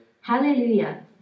Hallelujah